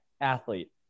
Athlete